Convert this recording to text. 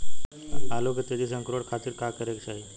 आलू के तेजी से अंकूरण खातीर का करे के चाही?